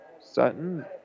Sutton